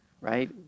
right